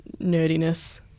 nerdiness